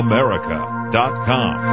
America.com